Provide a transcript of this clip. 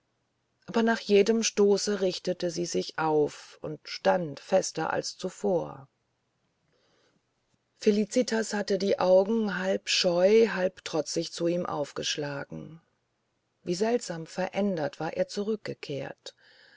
aber nach jedem stoße richtete sie sich auf und stand fester als zuvor felicitas hatte die augen halb scheu halb trotzig zu ihm aufgeschlagen wie seltsam verändert war er zurückgekehrt